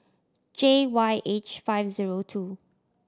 J Y H five zero two